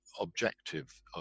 objective